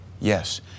Yes